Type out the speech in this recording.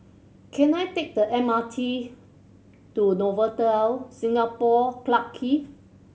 can I take the M R T to Novotel Singapore Clarke Quay